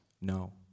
no